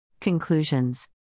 Conclusions